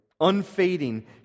Unfading